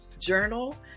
Journal